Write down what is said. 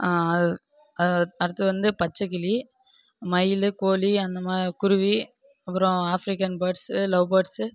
அது அடுத்து வந்து பச்சைக்கிளி மயில் கோழி அந்தமாதிரி குருவி அப்புறம் ஆஃப்ரிக்கன் பேர்ட்ஸ்ஸு லவ் பேர்ட்ஸ்ஸு